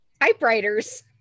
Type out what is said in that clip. typewriters